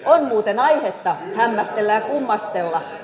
on muuten aihetta hämmästellä ja kummastella